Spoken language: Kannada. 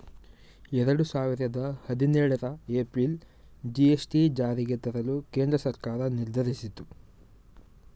ಎರಡು ಸಾವಿರದ ಹದಿನೇಳರ ಏಪ್ರಿಲ್ ಜಿ.ಎಸ್.ಟಿ ಜಾರಿಗೆ ತರಲು ಕೇಂದ್ರ ಸರ್ಕಾರ ನಿರ್ಧರಿಸಿತು